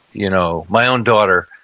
you know, my own daughter,